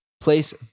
Place